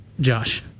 Josh